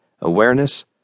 Awareness